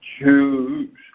Choose